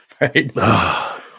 Right